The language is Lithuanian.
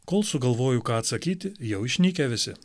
kol sugalvoju ką atsakyti jau išnykę visi